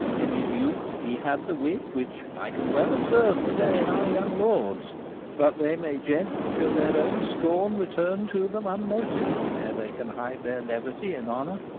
in his youth he had the wit which i can well observe to-day in our young lords but they may jest till their own scorn return to them unnoted ere they can hide their levity in honour.